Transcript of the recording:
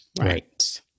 Right